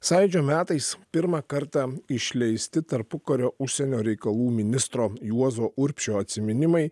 sąjūdžio metais pirmą kartą išleisti tarpukario užsienio reikalų ministro juozo urbšio atsiminimai